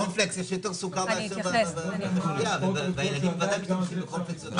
בקורנפלקס יש יותר סוכר מאשר בשתייה והילדים בוודאי אוכלים קורנפלקס.